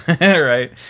Right